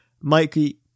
Mikey